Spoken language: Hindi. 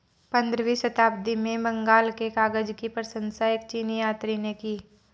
पंद्रहवीं शताब्दी में बंगाल के कागज की प्रशंसा एक चीनी यात्री ने की